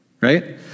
Right